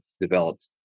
developed